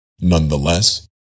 Nonetheless